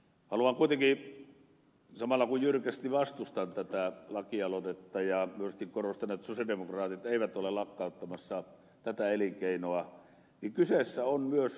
haluan kuitenkin samalla kun jyrkästi vastustan tätä lakialoitetta myöskin korostaa että sosialidemokraatit eivät ole lakkauttamassa tätä elinkeinoa